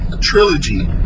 trilogy